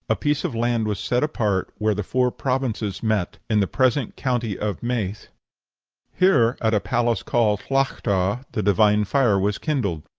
a piece of land was set apart, where the four provinces met, in the present county of meath here, at a palace called tlachta, the divine fire was kindled.